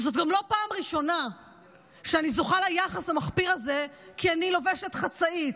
זאת גם לא פעם ראשונה שאני זוכה ליחס המחפיר הזה כי אני לובשת חצאית.